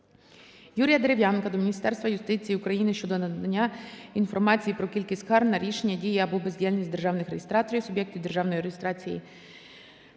Юрія Дерев'янка до Міністерства юстиції України щодо надання інформації про кількість скарг на рішення, дії або бездіяльність державних реєстраторів, суб'єктів державної реєстрації